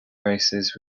races